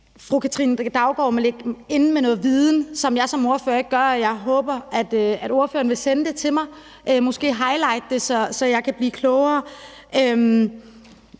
fru Katrine Daugaard må ligge inde med noget viden, som jeg som ordfører ikke gør, og jeg håber, at ordføreren vil sende det til mig og måske highlighte det, så jeg kan blive klogere.